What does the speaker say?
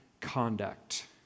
conduct